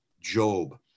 Job